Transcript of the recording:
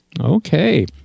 okay